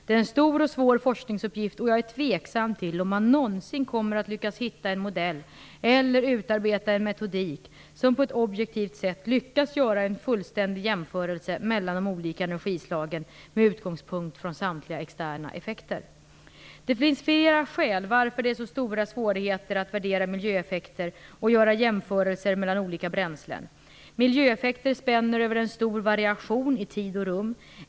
Det är en stor och svår forskningsuppgift, och jag är tveksam till om man någonsin kommer att lyckas hitta en modell eller utarbeta en metodik som på ett objektivt sätt lyckas göra en fullständig jämförelse mellan de olika energislagen med utgångspunkt från samtliga externa effekter. Det finns flera skäl till att det är så stora svårigheter att värdera miljöeffekter och göra jämförelser mellan olika bränslen. Miljöeffekter spänner över en stor variation i tid och rum.